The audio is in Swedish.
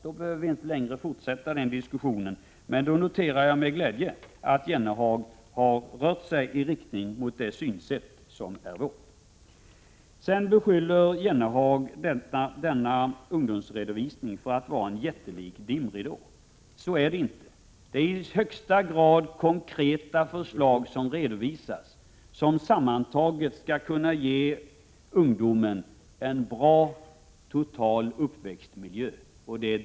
Då behöver vi inte längre fortsätta denna diskussion. Jag noterar då med glädje att Jan Jennehag har rört sig i riktning mot vårt synsätt. Vidare beskyller Jan Jennehag denna ungdomsredovisning för att vara en jättelik dimridå. Så är det inte. Det är i högsta grad konkreta förslag som redovisas och som sammantaget skulle kunna ge ungdomen en bra total uppväxtmiljö.